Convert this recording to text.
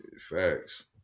Facts